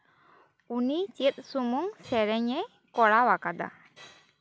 ᱩᱱ ᱪᱮᱫ ᱥᱩᱢᱩᱝ ᱥᱮᱨᱮᱧᱮ ᱠᱚᱨᱟᱣ ᱟᱠᱟᱫᱟ